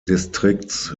distrikts